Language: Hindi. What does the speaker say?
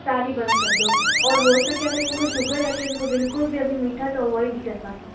सारी बंद कर दो और हो सके अगर इनको शुगर है तो इनको बिल्कुल भी अभी मीठा तो अवॉइड ही करवाना